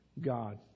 God